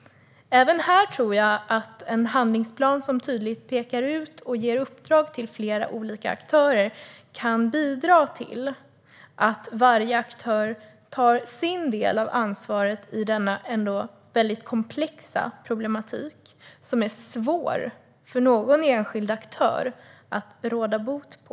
Även här tror jag att en handlingsplan som tydligt pekar ut och ger uppdrag till flera olika aktörer kan bidra till att varje aktör tar sin del av ansvaret i denna ändå väldigt komplexa problematik. Den är svår för någon enskild aktör att råda bot på.